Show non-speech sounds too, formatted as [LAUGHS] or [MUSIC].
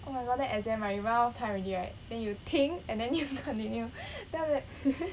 oh my god then exam right you run out of time already right then you 停 and then you continue then after that [LAUGHS]